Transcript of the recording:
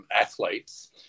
athletes